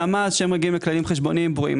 המס שהם מגיעים מכללים חשבונאיים ברורים,